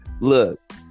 look